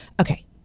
Okay